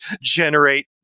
generate